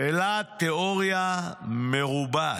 אלא תיאוריה מרובעת.